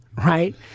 right